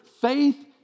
faith